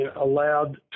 allowed